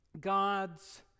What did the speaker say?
God's